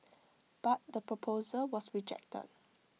but the proposal was rejected